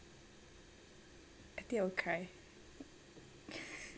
I think I will cry that's true